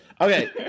Okay